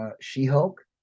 She-Hulk